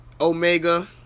Omega